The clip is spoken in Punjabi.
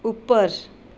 ਉੱਪਰ